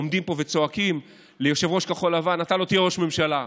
עומדים פה וצועקים ליושב-ראש כחול לבן: אתה לא תהיה ראש ממשלה,